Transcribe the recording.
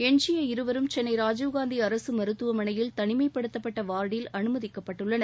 எஞ்சிய இருவரும் சென்னை ராஜீவ்காந்தி அரசு மருத்துவமனையில் தனிமைப்படுத்தப்பட்ட வார்டில் அனுமதிக்கப்பட்டுள்ளனர்